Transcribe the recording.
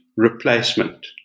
replacement